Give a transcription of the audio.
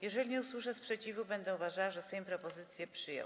Jeżeli nie usłyszę sprzeciwu, będę uważała, że Sejm propozycję przyjął.